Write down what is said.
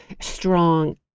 strong